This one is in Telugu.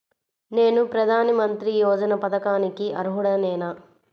నేను ప్రధాని మంత్రి యోజన పథకానికి అర్హుడ నేన?